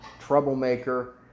troublemaker